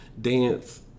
dance